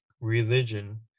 religion